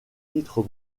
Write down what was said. titres